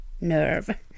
nerve